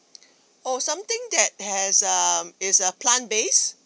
oh something that has err is uh plant based